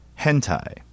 hentai